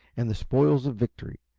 and the spoils of victory,